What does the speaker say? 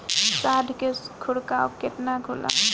साँढ़ के खुराक केतना होला?